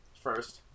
First